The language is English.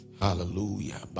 Hallelujah